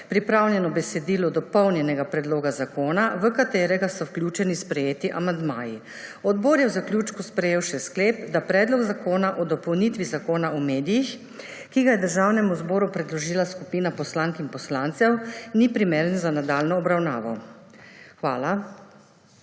pripravljeno besedilo dopolnjenega predloga zakona, v katerega so vključeni sprejeti amandmaji. Odbor je v zaključku sprejel še sklep, da Predlog zakona o dopolnitvi Zakona o medijih, ki ga je Državnemu zboru predložila skupina poslank in poslancev, ni primeren za nadaljnjo obravnavo. Hvala.